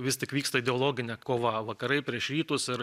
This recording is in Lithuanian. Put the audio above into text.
vis tik vyksta ideologinė kova vakarai prieš rytus ir